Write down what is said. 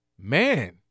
Man